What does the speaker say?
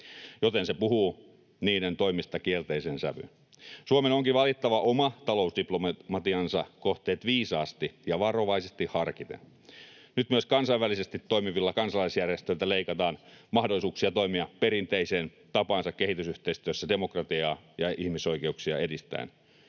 joten se puhuu niiden toimista kielteiseen sävyyn. Suomen onkin valittava oman talousdiplomatiansa kohteet viisaasti ja varovaisesti harkiten. Nyt myös kansainvälisesti toimivilta kansalaisjärjestöiltä leikataan mahdollisuuksia toimia perinteiseen tapaansa kehitysyhteistyössä demokratiaa ja ihmisoikeuksia edistäen.